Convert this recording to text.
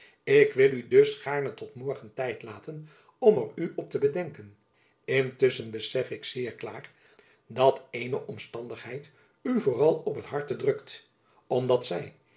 ik wil u dus gaarne tot morgen tijd laten om er u op te bedenken intusschen besef ik zeer klaar dat ééne omstandigheid u vooral op het harte drukt omdat zy